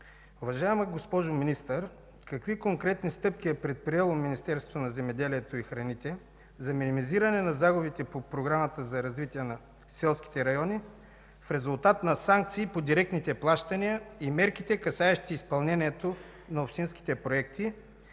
Уважаема госпожо Министър, какви конкретни стъпки е предприело Министерството на земеделието и храните за минимизиране на загубите по Програмата за развитие на селските райони в резултат на санкции по директните плащания и мерките, касаещи изпълнението на общинските проекти?